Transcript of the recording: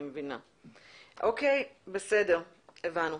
בסדר, הבנו.